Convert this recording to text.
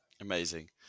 Amazing